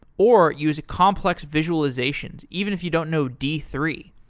or use complex visualizations even if you don't know d three.